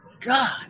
God